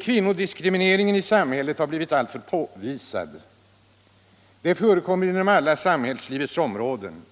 Kvinnodiskrimineringen i samhället påtalas alltmer. Den förekommer inom alla samhällslivets områden.